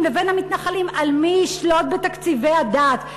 לבין המתנחלים על מי ישלוט בתקציבי הדת,